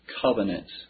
covenants